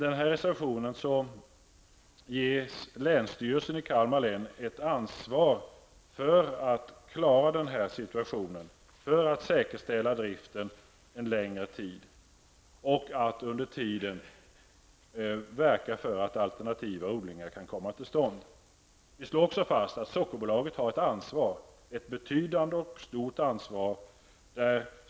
I reservationen ges länsstyrelsen i Kalmar län ett ansvar för att säkerställa driften en längre tid och att under tiden verka för att alternativa odlingar kan komma till stånd. Vi slår också fast att Sockerbolaget har ett betydande och stort ansvar.